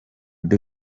the